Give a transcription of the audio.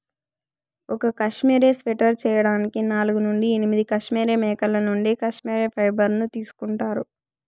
ఒక cashmere sweater చేయడానికి నాలుగు నుండి ఎనిమిది కష్మెరె మేకల నుండి కష్మెరె ఫైబర్ ను తీసుకుంటారు